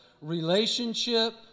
relationship